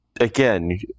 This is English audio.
again